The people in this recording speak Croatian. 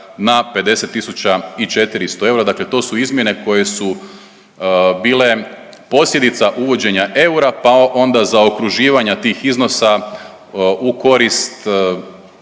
na 50.400 eura, dakle to su izmjene koje su bile posljedica uvođenja eura pa onda zaokruživanja tih iznosa u korist